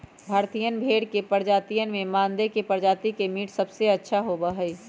भारतीयन भेड़ के प्रजातियन में मानदेय प्रजाति के मीट सबसे अच्छा होबा हई